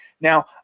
Now